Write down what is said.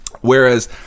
Whereas